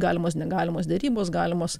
galimos negalimos derybos galimos